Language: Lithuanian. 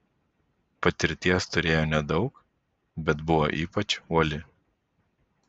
patirties turėjo nedaug bet buvo ypač uoli